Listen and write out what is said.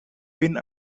been